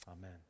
Amen